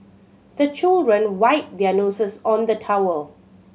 the children wipe their noses on the towel